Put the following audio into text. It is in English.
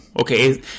Okay